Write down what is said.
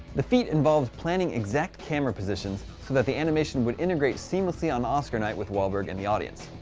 the feat involved planning exact camera positions so that the animation would integrate seamlessly on oscar night with wahlberg and the audience.